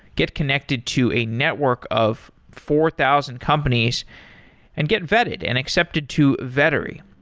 get connected to a network of four thousand companies and get vetted and accepted to vettery,